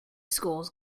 schools